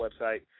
website